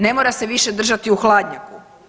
Ne mora se više držati u hladnjaku.